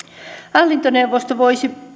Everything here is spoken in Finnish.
hallintoneuvosto voisi